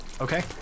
Okay